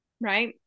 Right